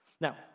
Now